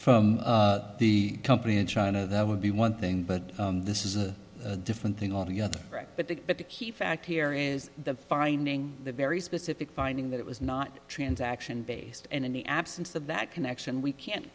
from the company in china that would be one thing but this is a different thing altogether but the but the key fact here is the finding the very specific finding that it was not transaction based and in the absence of that connection we can't